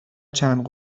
چند